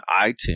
iTunes